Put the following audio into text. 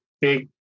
big